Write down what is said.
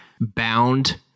bound